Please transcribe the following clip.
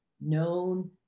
known